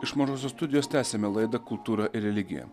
iš mažosios studijos tęsiame laida kultūra ir religija